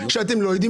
אתם הולכים